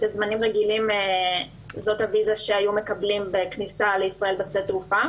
בזמנים רגילים זו הוויזה שמקבלים בכניסה לישראל בשדה תעופה.